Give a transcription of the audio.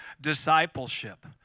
discipleship